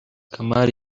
kamali